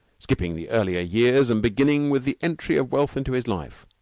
skipping the earlier years and beginning with the entry of wealth into his life.